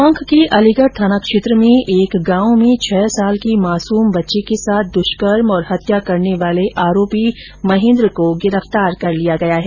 टोंक के अलीगढ़ थाना क्षेत्र में एक गांव में छह साल की मासूम बच्ची के साथ दुष्कर्म और हत्या करने वाले आरोपी महेन्द्र को गिरफ्तार कर लिया गया है